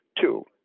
two